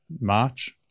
March –